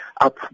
up